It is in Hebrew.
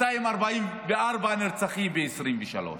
244 נרצחים ב-2023.